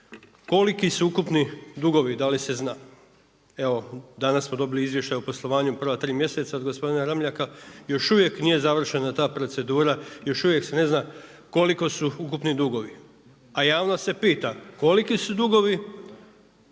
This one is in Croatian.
koliki su ukupni dugovi da li se zna. Evo danas smo dobili izvještaj o poslovanju u prva tri mjeseca od gospodina Ramljaka. Još uvijek nije završena ta procedura, još uvijek se ne zna koliko su ukupni dugovi, a javnost se pita koliki su dugovi